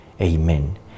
Amen